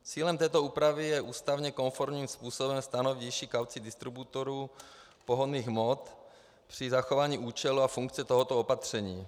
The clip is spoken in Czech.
Cílem této úpravy je ústavně konformním způsobem stanovit výši kaucí distributorů pohonných hmot při zachování účelu a funkce tohoto opatření.